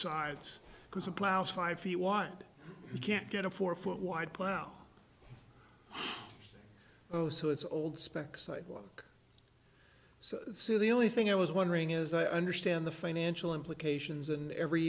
sides because a plow five feet want you can't get a four foot wide plow oh so it's old spec sidewalk so the only thing i was wondering is i understand the financial implications and every